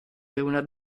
una